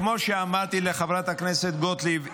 כמו שאמרתי לחברת הכנסת גוטליב,